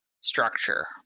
structure